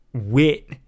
Wit